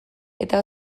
eta